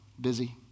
busy